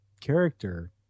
character